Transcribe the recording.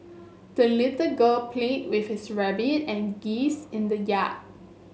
the little girl played with his rabbit and geese in the yard